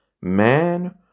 Man